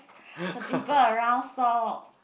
the people around saw